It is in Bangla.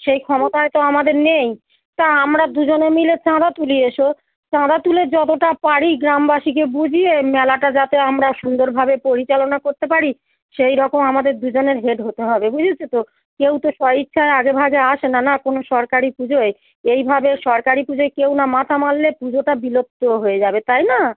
সেই ক্ষমতায় তো আমাদের নেই তা আমরা দুজনে মিলে চাঁদা তুলি এসো চাঁদা তুলে যতটা পারি গ্রামবাসীকে বুঝিয়ে মেলাটা যাতে আমরা সুন্দরভাবে পরিচালনা করতে পারি সেই রকম আমাদের দুজনের হেড হতে হবে বুঝেছো তো কেউ তো স্ব ইচ্ছায় আগে ভাগে আসে না না কোনো সরকারি পুজোয় এইভাবে সরকারি পুজোয় কেউ না মাথা মারলে পুজোটা বিলুপ্ত হয়ে যাবে তাই না